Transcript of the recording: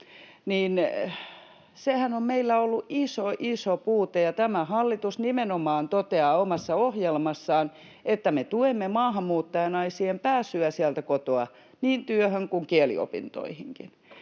Sehän on meillä ollut iso, iso puute, ja tämä hallitus nimenomaan toteaa omassa ohjelmassaan, että me tuemme maahanmuuttajanaisien pääsyä sieltä kotoa niin työhön kuin kieliopintoihinkin.